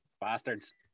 Bastards